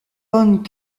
von